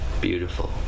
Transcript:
beautiful